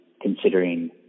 considering